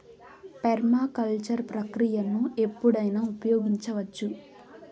permaculture ప్రక్రియను ఎక్కడైనా ఉపయోగించవచ్చు